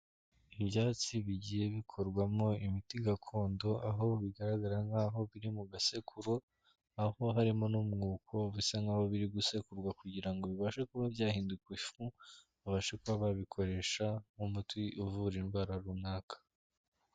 Ibyatsi bigiye bikorwamo imiti gakondo aho bigaragara nk'aho biri mu gasekuru. Aho harimo n'umwuko bisa nk'aho biri gusekurwa kugira bibashe kuba byahinduka ifu babashe kuba babikoresha nk'umuti uvura indwara runaka.